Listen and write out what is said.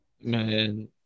Man